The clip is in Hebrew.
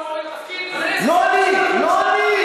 אין סימן שאלה.